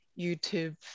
YouTube